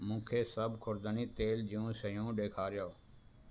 मूंखे सभु ख़ुर्दनी तेल जूं शयूं ॾेखारियो